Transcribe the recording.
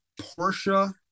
Porsche